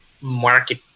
market